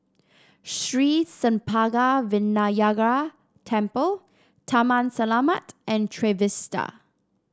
Sri Senpaga Vinayagar Temple Taman Selamat and Trevista